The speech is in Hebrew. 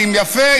הגמדים, יפה.